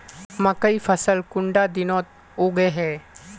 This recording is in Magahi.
मकई फसल कुंडा दिनोत उगैहे?